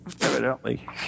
Evidently